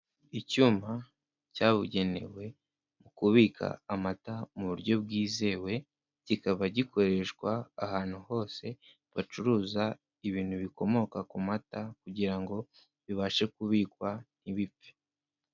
Icyuma cyabugenewe mu kubika amata mu buryo bwizewe, kikaba gikoreshwa ahantu hose bacuruza ibintu bikomoka ku mata, kugira ngo bibashe kubikwa ntibipfe.